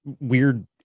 weird